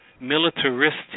militaristic